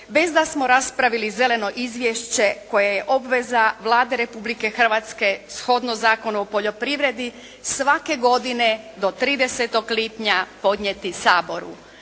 bez da smo raspravili zeleno izvješće koje je obveza Vlade Republike Hrvatske shodno Zakonu o poljoprivredi svake godine do 30 lipnja podnijeti Saboru.